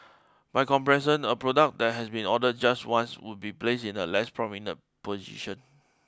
by comparison a product that has been ordered just once would be placed in a less prominent position